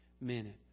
minute